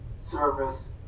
service